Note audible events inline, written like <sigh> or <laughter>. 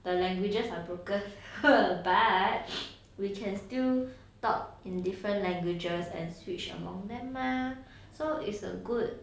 the languages are broken <laughs> but we can still talk in different languages and switch among them mah so it's a good